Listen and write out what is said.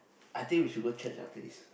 I think we should go church after this